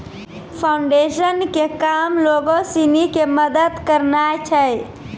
foundation के काम लोगो सिनी के मदत करनाय छै